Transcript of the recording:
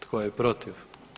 Tko je protiv?